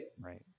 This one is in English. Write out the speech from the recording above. right